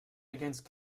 against